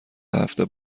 هفته